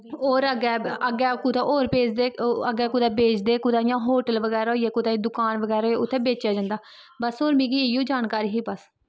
होर अग्गैं कुतै होर भेजदे अग्गैं कुदै भेजदे अग्गैं कुदै होटल बगैरा होइया कुदै दुकान बगैरा उत्थें बेचेआ जंदा मिगी इयो जानकारी ही बस